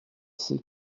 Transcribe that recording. c’est